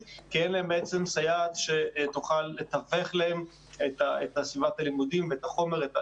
כי אין להם סייעת שתוכל לתווך להם את סביבת הלימודים ואת החומר.